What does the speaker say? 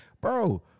bro